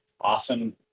awesome